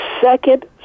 second